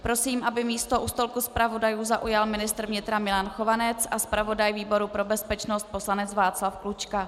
Prosím, aby místo u stolku zpravodajů zaujal ministr vnitra Milan Chovanec a zpravodaj výboru pro bezpečnost poslanec Václav Klučka.